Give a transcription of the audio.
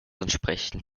entsprechend